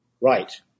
Right